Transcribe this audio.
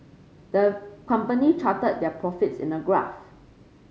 the company charted their profits in a graph